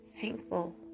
thankful